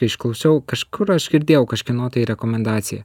išklausiau kažkur aš girdėjau kažkieno tai rekomendaciją